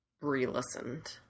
re-listened